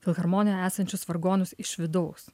filharmonijoje esančius vargonus iš vidaus